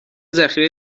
ذخیره